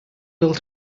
built